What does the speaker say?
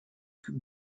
cube